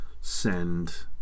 send